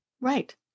Right